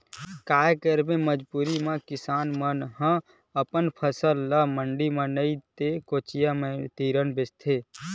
काये करबे मजबूरी म किसान ह अपन फसल ल मंडी म नइ ते कोचिया तीर बेचथे